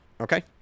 Okay